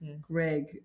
Greg